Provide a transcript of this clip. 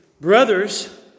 brothers